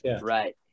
Right